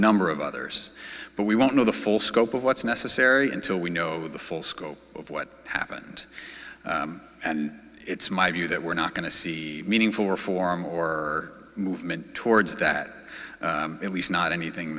number of others but we won't know the full scope of what's necessary until we know the full scope of what happened and it's my view that we're not going to see meaningful reform or movement towards that at least not anything